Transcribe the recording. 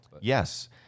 Yes